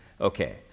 Okay